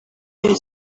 iri